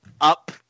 up